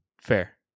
Fair